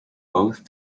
both